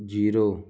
zero